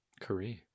career